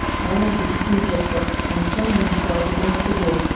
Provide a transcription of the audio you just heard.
ran up the cathedral steps and flung themselves against the door.